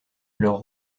leurs